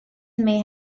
may